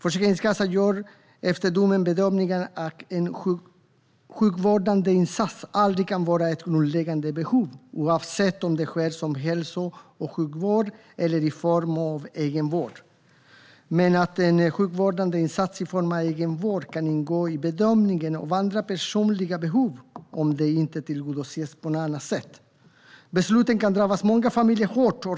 Försäkringskassan gör efter domen bedömningen att en sjukvårdande insats aldrig kan vara ett grundläggande behov, oavsett om den sker som hälso och sjukvård eller i form av egenvård, men att en sjukvårdande insats i form av egenvård kan ingå i bedömningen av andra personliga behov om det inte tillgodoses på annat sätt. Beslutet kan drabba många familjer hårt.